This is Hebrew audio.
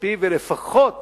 הכספי ולפחות